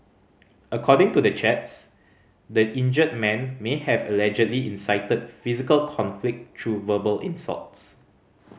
according to the chats the injured man may have allegedly incited physical conflict through verbal insults